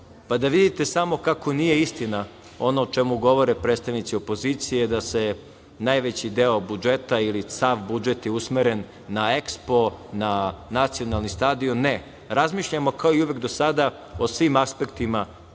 Da vidite samo kako nije istina ono o čemu govore predstavnici opozicije, da se najveći deo budžeta ili sav budžet je usmeren na EKSPO, na nacionalni stadion, ne. Razmišljamo, kao i uvek do sada, o svim aspektima